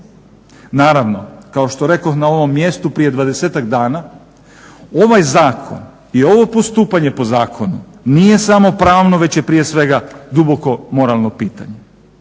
Naravno, kao što rekoh na ovom mjestu prije dvadesetak dana, ovaj zakon i ovo postupanje po zakonu nije samo pravno već je prije svega duboko moralno pitanje.